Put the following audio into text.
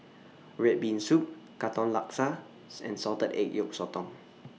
Red Bean Soup Katong Laksa and Salted Egg Yolk Sotong